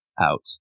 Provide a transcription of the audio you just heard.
out